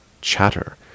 chatter